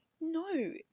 no